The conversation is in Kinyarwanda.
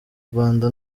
rwanda